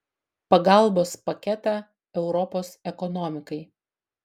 pagalbos paketą europos ekonomikai